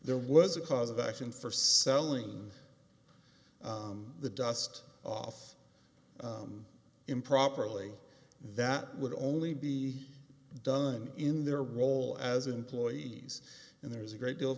there was a cause of action for selling the dust off improperly that would only be done in their role as employees and there's a great deal